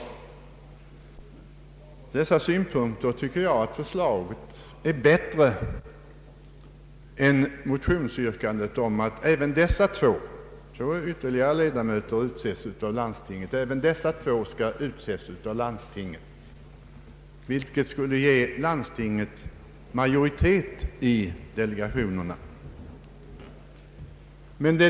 Från dessa synpunkter är propositionens förslag enligt min mening bättre än motionsyrkandet om att även dessa två ledamöter skulle utses av landstinget, vilket skulle ge landstinget majoritet i delegationerna.